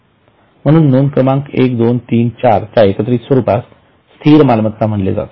म्हणून नोंद क्रमांक 1 2 3 4 च्या एकत्रित स्वरूपास स्थिर मालमत्ता म्हणले जाते